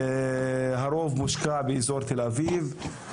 הרוב מושקע באזור תל אביב.